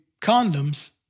condoms